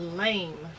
lame